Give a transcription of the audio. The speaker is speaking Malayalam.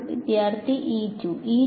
വിദ്യാർത്ഥി E2